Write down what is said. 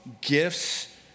gifts